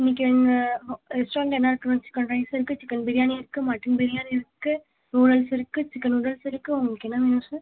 இன்னைக்கு எங்கள் ஹோ ரெஸ்டாரண்ட்டில என்ன இருக்குன்னா சிக்கன் ரைஸ் இருக்கு சிக்கன் பிரியாணி இருக்கு மட்டன் பிரியாணி இருக்கு நூடுல்ஸ் இருக்கு சிக்கன் நூடுல்ஸ் இருக்கு உங்களுக்கு என்ன வேணும் சார்